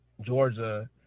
Georgia